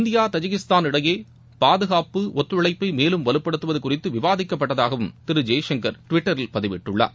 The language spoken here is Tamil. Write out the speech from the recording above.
இந்தியா தஜிகிஸ்தான் இடையே பாதுகாப்பு ஒத்துழழப்பை மேலும் வலுப்படுத்துவது குறித்து விவாதிக்கப்பட்டதாகவும் திரு ஜெய்சங்கர் டுவிட்டரில் பதிவிட்டுள்ளார்